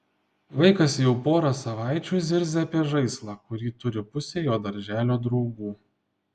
vaikas jau porą savaičių zirzia apie žaislą kurį turi pusė jo darželio draugų